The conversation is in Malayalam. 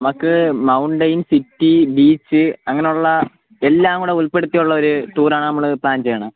നമുക്ക് മൗണ്ടൈൻ സിറ്റി ബീച്ച് അങ്ങനുള്ള എല്ലാം കൂടി ഉൾപ്പെടുത്തിയുള്ള ഒരു ടൂറാണ് നമ്മൾ പ്ലാൻ ചെയ്യണത്